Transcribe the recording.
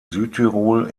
südtirol